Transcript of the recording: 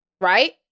Right